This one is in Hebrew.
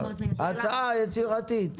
הצעה יצירתית.